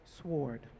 sword